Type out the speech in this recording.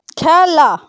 খেলা